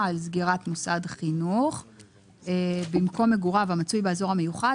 על סגירת מוסד החינוך במקום מגוריו המצוי באזור המיוחד,